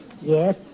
Yes